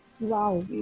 Wow